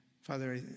Father